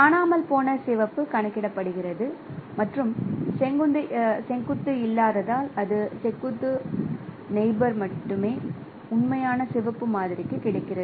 காணாமல் போன சிவப்பு கணக்கிடப்படுகிறது மற்றும் செங்குத்து இல்லாததால் இது செங்குத்து டைகோனல் மட்டுமே உண்மையான சிவப்பு மாதிரிக்கு கிடைக்கிறது